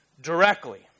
Directly